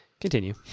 Continue